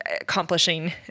accomplishing